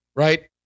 Right